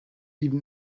even